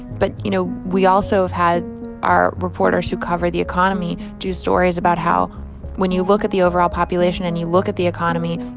but, you know, we also have had our reporters who cover the economy do stories about how when you look at the overall population and you look at the economy,